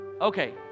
Okay